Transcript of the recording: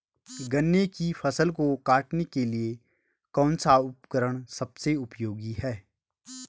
गन्ने की फसल को काटने के लिए कौन सा उपकरण सबसे उपयोगी है?